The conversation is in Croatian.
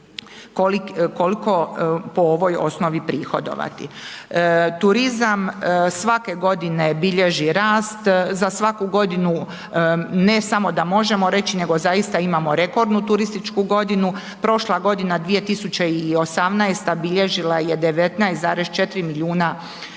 koliko po ovoj osnovi prihodovati. Turizam svake godine bilježi rast, za svaku godinu, ne samo da možemo reći nego zaista imamo rekordnu turističku godinu. Prošla godine 2018. bilježila je 19,4 milijuna